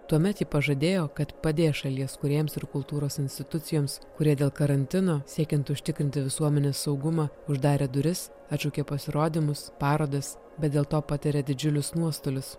tuomet ji pažadėjo kad padės šalies kūrėjams ir kultūros institucijoms kurie dėl karantino siekiant užtikrinti visuomenės saugumą uždarė duris atšaukė pasirodymus parodas bet dėl to patiria didžiulius nuostolius